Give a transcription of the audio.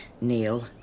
Neil